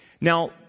Now